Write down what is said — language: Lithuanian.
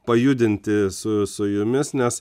pajudinti su su jumis nes